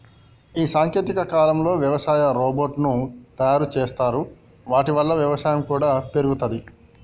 ఈ సాంకేతిక కాలంలో వ్యవసాయ రోబోట్ ను తయారు చేశారు వాటి వల్ల వ్యవసాయం కూడా పెరుగుతది